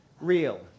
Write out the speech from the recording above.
real